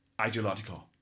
ideological